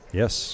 yes